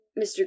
Mr